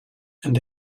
and